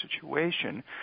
situation